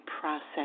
process